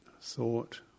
thought